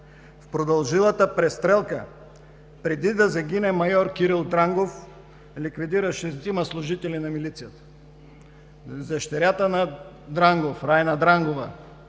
В продължилата престрелка, преди да загине, майор Кирил Дрангов ликвидира шестима служители на милицията. Дъщерята на Дрангов Райна Дрангова